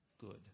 good